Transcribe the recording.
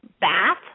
Bath